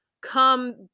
come